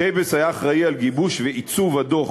שייבס היה אחראי לגיבוש ועיצוב הדוח